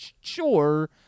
Sure